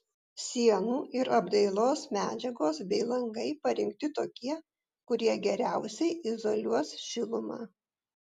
sienų ir apdailos medžiagos bei langai parinkti tokie kurie geriausiai izoliuos šilumą